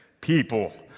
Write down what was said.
people